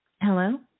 Hello